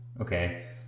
okay